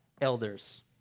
elders